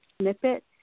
snippet